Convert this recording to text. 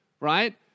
right